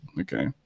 Okay